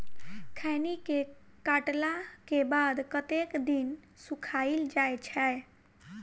खैनी केँ काटला केँ बाद कतेक दिन सुखाइल जाय छैय?